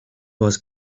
was